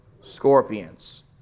Scorpions